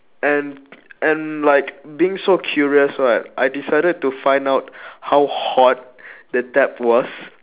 and and like being so curious right I decided to find out how hot the tap was